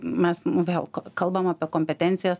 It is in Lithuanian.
mes nu vėl kalbam apie kompetencijas